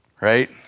right